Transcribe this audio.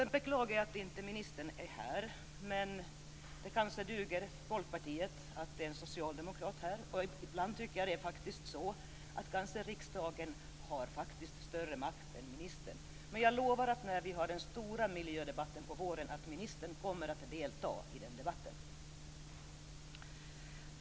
Jag beklagar att ministern inte är här. Men det duger kanske åt Folkpartiet att en socialdemokrat är här. Ibland tycker jag faktiskt att riksdagen har större makt än ministern. Men jag lovar att ministern kommer att delta när vi skall ha den stora miljödebatten på våren.